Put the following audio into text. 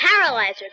Paralyzer